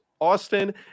Austin